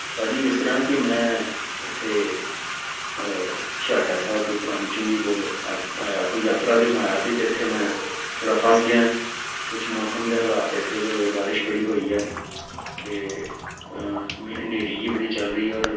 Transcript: ਭਾਅ ਜੀ ਇਸ ਤਰ੍ਹਾਂ ਕਿ ਮੈਂ ਇੱਥੇ ਛੇਹਰਟਾ ਸਾਹਿਬ ਪੁਰਾਣੀ ਚੁੰਗੀ ਕੋਲ ਆ ਆਇਆ ਸੀ ਯਾਤਰਾ 'ਤੇ ਮੈਂ ਆਇਆ ਸੀ ਅਤੇ ਇੱਥੇ ਮੈਂ ਥੋੜ੍ਹਾ ਫਸ ਗਿਆ ਕੁਛ ਮੌਸਮ ਦੇ ਹਾਲਾਤ ਐਸੇ ਜੇ ਹੋ ਗਏ ਬਾਰਿਸ਼ ਬੜੀ ਹੋਈ ਆ ਅਤੇ ਮੀ ਹਨੇਰੀ ਏ ਬੜੀ ਚੱਲ ਰਹੀ ਹੈ ਔਰ